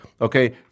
Okay